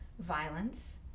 violence